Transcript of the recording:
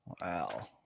Wow